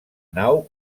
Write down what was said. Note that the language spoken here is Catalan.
nau